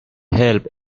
help